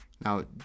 Now